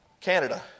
Canada